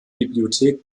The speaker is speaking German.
bibliothek